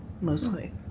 mostly